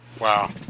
Wow